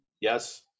yes